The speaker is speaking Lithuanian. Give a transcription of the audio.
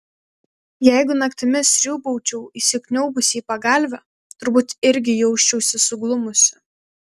jeigu naktimis sriūbaučiau įsikniaubusi į pagalvę turbūt irgi jausčiausi suglumusi